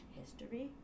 history